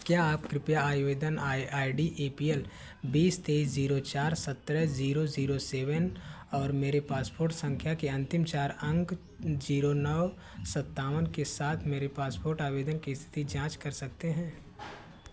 क्या आप कृपया आवेदन I I D A P L बीस तेइस ज़ीरो चार सतरह ज़ीरो ज़ीरो सेवन और मेरे पासपोर्ट सँख्या के अन्तिम चार अंक ज़ीरो नौ सत्तावन के साथ मेरे पासपोर्ट आवेदन की स्थिति की जाँच कर सकते हैं